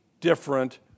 different